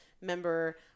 member